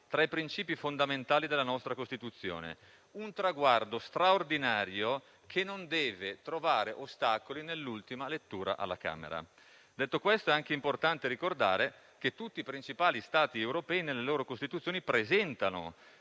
tra i principi fondamentali della nostra Costituzione, un traguardo straordinario che non deve trovare ostacoli nell'ultima lettura alla Camera. Detto questo, è anche importante ricordare che tutti i principali Stati europei nelle loro Costituzioni presentano